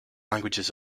languages